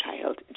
child